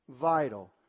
vital